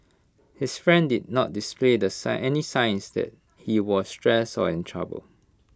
his friend did not display the sign any signs that he was stressed or in trouble